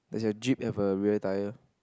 the jeep have a rear tire